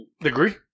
Degree